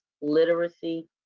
literacy